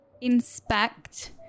inspect